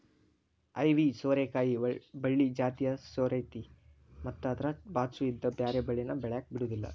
ಐವಿ ಸೋರೆಕಾಯಿ ಬಳ್ಳಿ ಜಾತಿಯ ಸೇರೈತಿ ಮತ್ತ ಅದ್ರ ಬಾಚು ಇದ್ದ ಬ್ಯಾರೆ ಬಳ್ಳಿನ ಬೆಳ್ಯಾಕ ಬಿಡುದಿಲ್ಲಾ